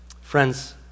Friends